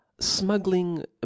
smuggling